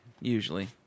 Usually